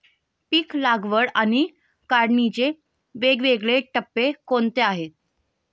पीक लागवड आणि काढणीचे वेगवेगळे टप्पे कोणते आहेत?